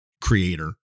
creator